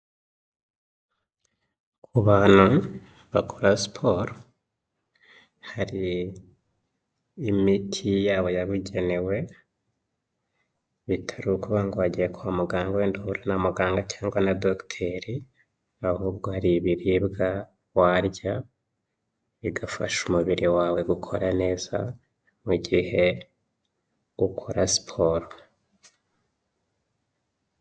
Ku bantu bakora siporo hari imiti yabo yabugenewe, bitari ukuvuga ngo wagiye kwa muganga wenda uhura na muganga cyangwa na Dogiteri, ahubwo hari ibiribwa warya bigafasha umubiri wawe gukora neza mu gihe ukora siporo.